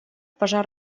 пожар